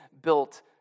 built